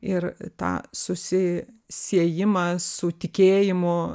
ir tą susisiejimą su tikėjimu